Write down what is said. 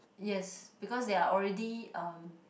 yes because they are already um